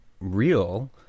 real